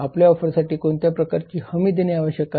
आपल्या ऑफरसाठी कोणत्या प्रकारची हमी देणे आवश्यक आहे